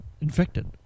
Infected